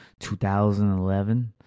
2011